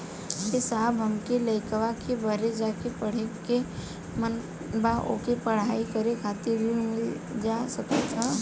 ए साहब हमरे लईकवा के बहरे जाके पढ़े क मन बा ओके पढ़ाई करे खातिर ऋण मिल जा सकत ह?